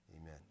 amen